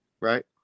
right